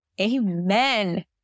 amen